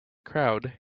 crowd